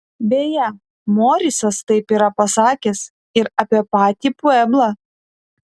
beje morisas taip yra pasakęs ir apie patį pueblą